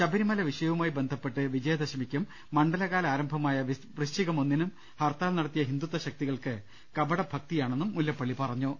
ശബരിമല വിഷയുമായി ബന്ധപ്പെട്ട് വിജ യദശമിക്കും മണ്ഡലകാല ആരംഭമായ വൃശ്ചികം ഒന്നിനും ഹർത്താൽ നടത്തിയ ഹിന്ദുത്വ ശക്തികൾക്ക് ഭക്തി യാ ണെന്നും ക പട മുല്ല പ്പളളി പറഞ്ഞു